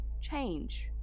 change